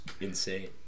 insane